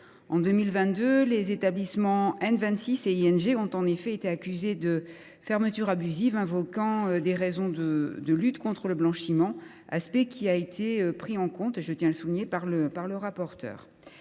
En 2022, les établissements N26 et ING ont, en effet, été accusés de fermetures abusives sous couvert de lutte contre le blanchiment, aspect pris en compte, je le souligne, par le rapporteur.